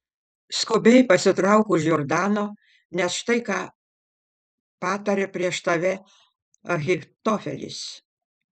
skubiai pasitrauk už jordano nes štai ką patarė prieš tave ahitofelis